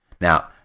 Now